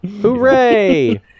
Hooray